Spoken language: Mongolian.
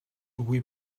үгүй